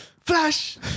Flash